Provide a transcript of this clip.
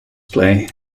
play